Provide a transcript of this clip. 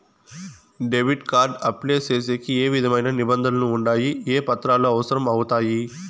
Debit card apply సేసేకి ఏ విధమైన నిబంధనలు ఉండాయి? ఏ పత్రాలు అవసరం అవుతాయి?